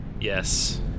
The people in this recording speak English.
yes